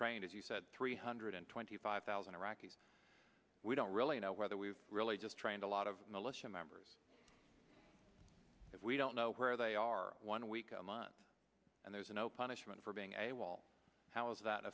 train as you said three hundred twenty five thousand iraqis we don't really know whether we've really just trying to a lot of militia members if we don't know where they are one week a month and there's no punishment for being a wall how is that